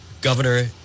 Governor